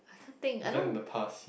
thing I don't